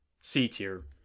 C-tier